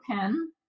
pen